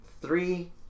three